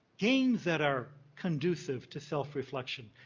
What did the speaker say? games that are conducive to self-reflection,